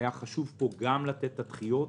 היה חשוב פה גם לתת את הדחיות,